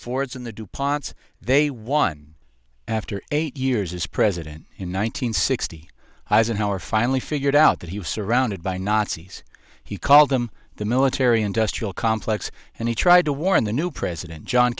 fords and the du ponts they won after eight years as president in one nine hundred sixty eisenhower finally figured out that he was surrounded by nazis he called them the military industrial complex and he tried to warn the new president john